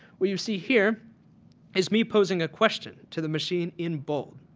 what you see here is me posing a question to the machine in bold.